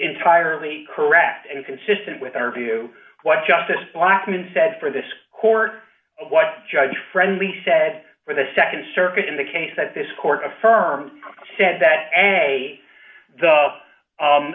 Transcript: entirely correct and consistent with our view what justice blackmun said for this court what judge friendly said for the nd circuit in the case that this court affirmed said that a the